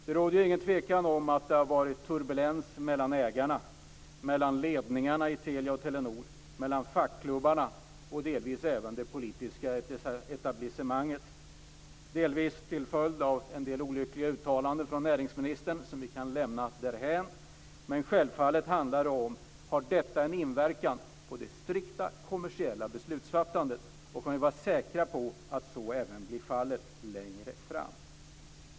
Det råder ingen tekan om att det har varit turbulens mellan ägarna, mellan ledningarna i Telia och Telenor, mellan fackklubbarna och delvis också inom det politiska etablissemanget. Detta har delvis varit en följd av en del olyckliga uttalanden av näringsministern, som vi kan lämna därhän. Självfallet har detta haft en inverkan på det strikt kommersiella beslutsfattandet. Vi kan vara säkra på att så även blir fallet längre fram.